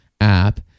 app